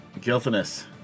Guiltiness